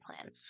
plan